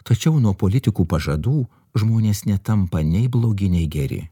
tačiau nuo politikų pažadų žmonės netampa nei blogi nei geri